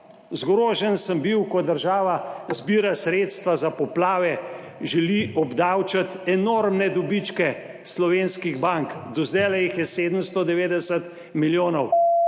Zgrožen sem bil, ko država zbira sredstva za poplave, želi obdavčiti enormne dobičke slovenskih bank, do zdajle jih je 790 milijonov,